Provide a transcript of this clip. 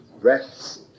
rest